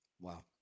Wow